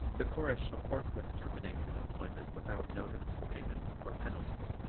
the chorus shall forthwith terminate his employment without notice, payment or penalty.